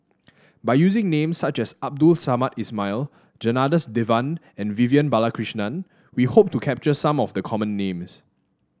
by using names such as Abdul Samad Ismail Janadas Devan and Vivian Balakrishnan we hope to capture some of the common names